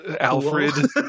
Alfred